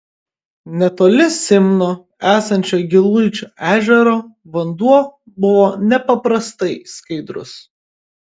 netoli simno esančio giluičio ežero vanduo buvo nepaprastai skaidrus